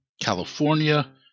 California